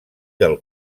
del